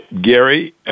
Gary